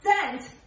Sent